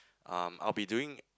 um I'll be doing